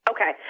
Okay